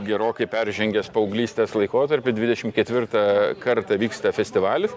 gerokai peržengęs paauglystės laikotarpį dvidešim ketvirtą kartą vyksta festivalis